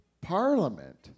parliament